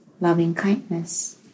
loving-kindness